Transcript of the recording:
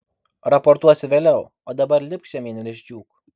raportuosi vėliau o dabar lipk žemyn ir išdžiūk